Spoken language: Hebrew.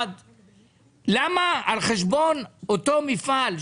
למה על חשבון אותו מפעל,